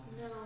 No